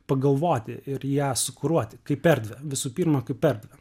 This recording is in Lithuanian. pagalvoti ir ją sukuruoti kaip erdvę visų pirma kaip erdvę